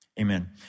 Amen